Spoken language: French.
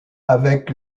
avec